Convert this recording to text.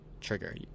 trigger